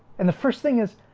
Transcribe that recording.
and the first thing is